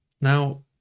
Now